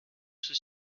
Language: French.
ceux